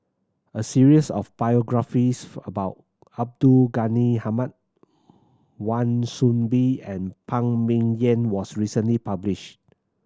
a series of biographies about Abdul Ghani Hamid Wan Soon Bee and Phan Ming Yen was recently published